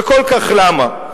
וכל כך למה?